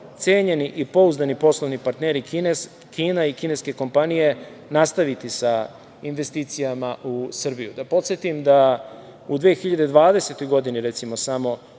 cenjeni i pouzdani poslovni partneri Kina i kineske kompanije nastaviti sa investicijama u Srbiji. Da podsetim da u 2020. godini, recimo, samo